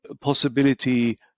possibility